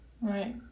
Right